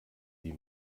die